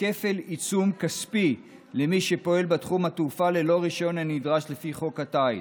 כפל עיצום כספי למי שפועל בתחום התעופה ללא רישיון הנדרש לפי חוק הטיס.